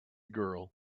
girl